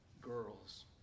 girls